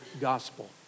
gospel